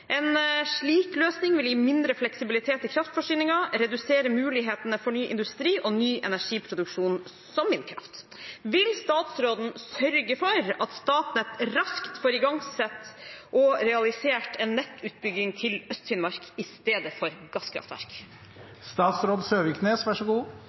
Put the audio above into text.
En slik løsning vil gi mindre fleksibilitet i kraftforsyningen, redusere mulighetene for ny industri og ny energiproduksjon som vindkraft. Vil statsråden sørge for at Statnett raskt får igangsatt og realisert en nettutbygging til Øst-Finnmark i stedet for gasskraftverk?»